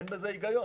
אין בזה היגיון.